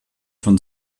von